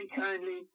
kindly